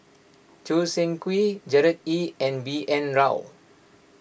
Choo Seng Quee Gerard Ee and B N Rao